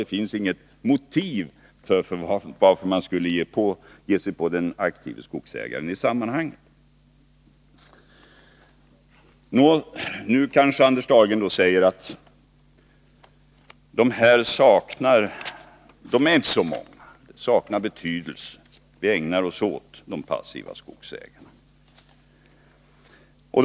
Det finns inget motiv till att man skulle ge sig på den aktive skogsägaren i sammanhanget. Nu kanske Anders Dahlgren säger att de passiva skogsägarna inte är så många, att de saknar betydelse.